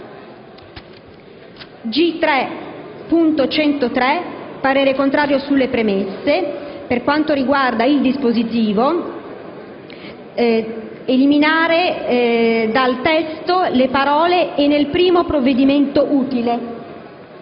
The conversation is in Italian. esprimo parere contrario sulle premesse. Per quanto riguarda il dispositivo, chiedo di eliminare dal testo le parole «e nel primo provvedimento utile».